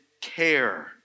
care